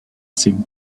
seemed